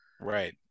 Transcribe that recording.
Right